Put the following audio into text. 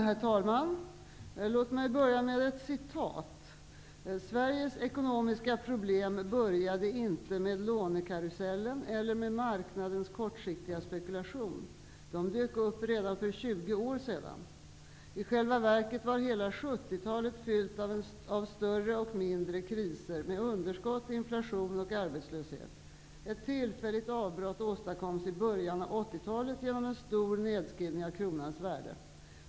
Herr talman! Låt mig börja med ett citat: ''Sveriges ekonomiska problem började inte med lånekarusellen eller med Marknadens kortsiktiga spekulation. De dök upp redan för 20 år sedan -- I själva verket var hela 70-talet fyllt av större och mindre kriser med underskott, inflation och arbetslöshet. Ett tillfälligt avbrott åstadkoms i början av 80-talet genom en stor nedskrivning av kronans värde.